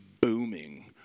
booming